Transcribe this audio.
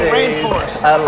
Rainforest